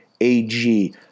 ag